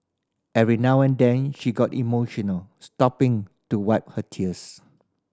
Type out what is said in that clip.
every now and then she got emotional stopping to wipe her tears